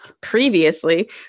previously